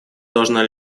должна